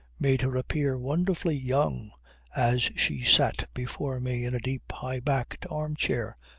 made her appear wonderfully young as she sat before me in a deep, high-backed arm-chair.